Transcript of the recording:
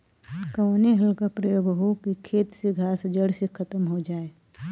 कवने हल क प्रयोग हो कि खेत से घास जड़ से खतम हो जाए?